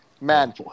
Man